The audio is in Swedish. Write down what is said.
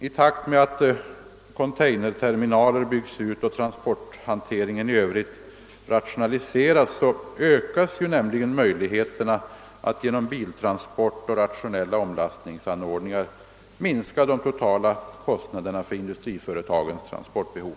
I takt med att containerterminaler byggs ut och transporthanteringen i övrigt rationaliseras ökas nämligen möjligheterna att genom biltransport och rationella omlastningsanordningar minska de totala kostnaderna för industriföretagens transportbehov.